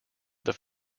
this